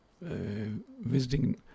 visiting